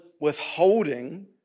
withholding